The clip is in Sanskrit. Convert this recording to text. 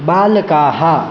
बालकाः